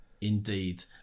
Indeed